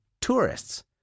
tourists